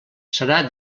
serà